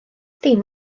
dim